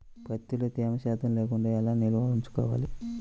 ప్రత్తిలో తేమ శాతం లేకుండా ఎలా నిల్వ ఉంచుకోవాలి?